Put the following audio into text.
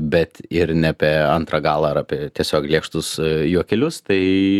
bet ir ne apie antrą galą ar apie tiesiog lėkštus juokelius tai